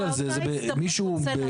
מישהו,